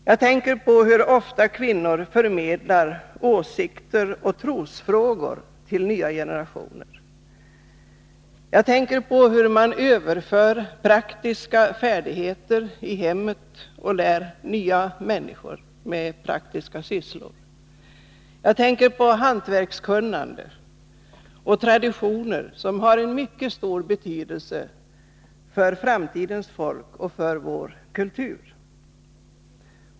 Jag tänker på hur ofta kvinnor förmedlar åsikter och uppfattningar i trosfrågor till nya generationer. Jag tänker på hur de överför praktiska färdigheter till nya generationer i hemmet och hur de lär dem praktiska sysslor. Jag tänker på hur kvinnor förmedlar hantverkskunnande och traditioner, som har mycket stor betydelse för framtidens folk och för vår kultur.